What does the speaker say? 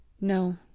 No—